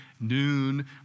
noon